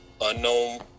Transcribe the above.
Unknown